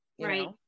Right